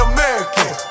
American